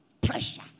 pressure